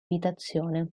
abitazione